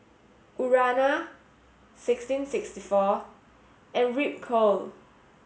Urana sixteen sixty four and Ripcurl